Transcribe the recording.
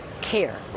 care